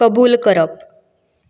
कबूल करप